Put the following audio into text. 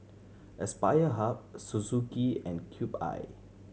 Aspire Hub Suzuki and Cube I